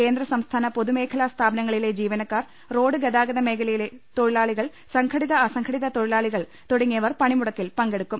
കേന്ദ്ര സംസ്ഥാ ന പൊതുമേഖലാ സ്ഥാപനങ്ങളിലെ ജീവനക്കാർ റോഡ് ഗതാഗതമേഖലയിലെ തൊഴിലാളികൾ സംഘടിത അസം ഘടിത തൊഴിലാളികൾ തുടങ്ങിയവർ പണിമുടക്കിൽ പങ്കെടുക്കും